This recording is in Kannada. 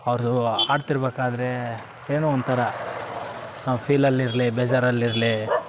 ಅವ್ರದ್ದು ಹಾಡ್ತಿರ್ಬೇಕಾದ್ರೇ ಏನೋ ಒಂಥರ ನಾವು ಫೀಲಲ್ಲಿ ಇರಲಿ ಬೇಜಾರಲ್ಲಿ ಇರಲಿ